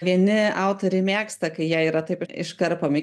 vieni autoriai mėgsta kai jie yra taip iškarpomi